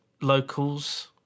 locals